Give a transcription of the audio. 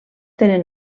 tenen